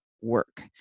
work